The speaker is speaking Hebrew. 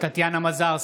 טטיאנה מזרסקי,